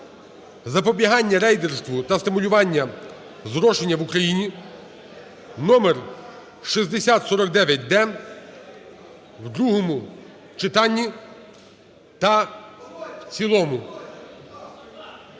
запобігання рейдерству та стимулювання зрошення в Україні (№6049-д) в другому читанні та в цілому